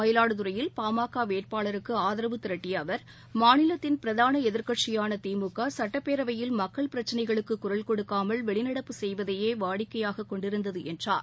மயிலாடுதுறையில் PMK வேட்பாளருக்கு ஆதரவு திரட்டிய அவர் மாநிலத்தின் பிரதான எதிர்க்கட்சியான திமுக சட்டப்பேரவையில் மக்கள் பிரச்னைகளுக்கு குரல் கொடுக்காமல் வெளிநடப்பு செய்வதையே வாடிக்கையாக கொண்டிருந்தது என்றார்